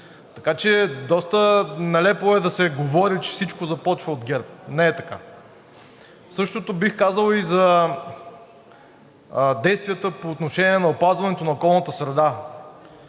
Така че доста нелепо е да се говори, че всичко започва от ГЕРБ. Не е така. Същото бих казал и за действията по отношение опазването на околната среда.